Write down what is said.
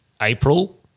April